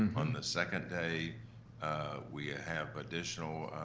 and on the second day we ah have additional